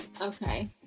Okay